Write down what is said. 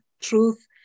truth